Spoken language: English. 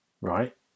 right